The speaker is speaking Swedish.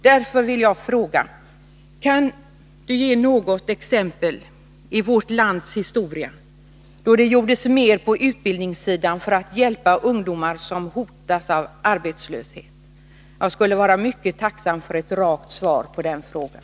Därför vill jag fråga: Kan Lena Hjelm-Wallén ge något exempel från vårt lands historia då det gjordes mer på utbildningssidan för att hjälpa ungdomar som hotas av arbetslöshet? Jag skulle vara mycket tacksam för ett rakt svar på den frågan.